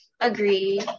Agree